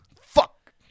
Fuck